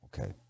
okay